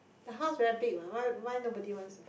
your house very big what why why nobody wants to buy